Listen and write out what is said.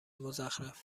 مزخرف